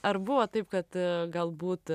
ar buvo taip kad galbūt